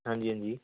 ਹਾਂਜੀ ਹਾਂਜੀ